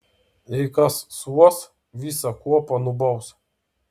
jei kas suuos visą kuopą nubaus